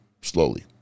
slowly